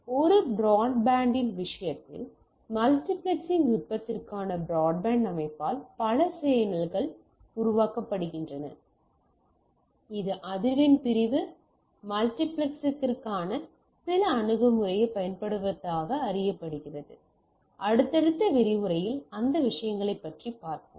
ஒரு பிராட்பேண்டின் விஷயத்தில் மல்டிப்ளெக்ஸிங் நுட்பத்திற்காக பிராட்பேண்ட் அமைப்பால் பல சேனல்கள் உருவாக்கப்படுகின்றன இது அதிர்வெண் பிரிவு மல்டிபிளெக்சிங்கிற்கான சில அணுகுமுறையைப் பயன்படுத்துவதாக அறியப்படுகிறது அடுத்தடுத்த விரிவுரையில் அந்த விஷயங்களைப் பார்ப்போம்